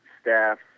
staff